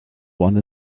one